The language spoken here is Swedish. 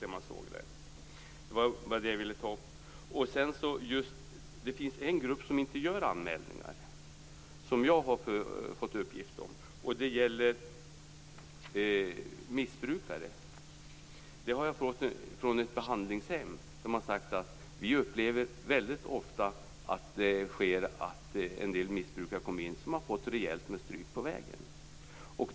Jag har fått uppgift om att det finns en grupp som inte gör anmälningar, nämligen missbrukare. Jag har fått uppgiften från ett behandlingshem där man har sagt att det ofta förekommer att missbrukare kommer in som har fått rejält med stryk på vägen dit.